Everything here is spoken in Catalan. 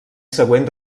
següent